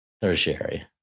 Tertiary